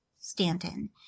Stanton